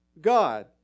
God